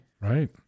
right